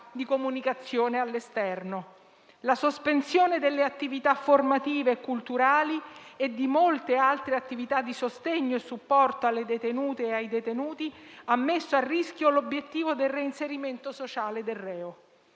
di comunicazione all'esterno. La sospensione delle attività formative e culturali e di molte altre a sostegno e supporto alle detenute e ai detenuti ha messo a rischio l'obiettivo del reinserimento sociale del reo,